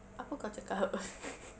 apa kau cakap